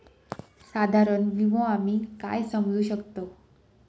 साधारण विमो आम्ही काय समजू शकतव?